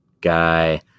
guy